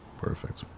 Perfect